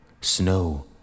Snow